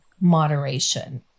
moderation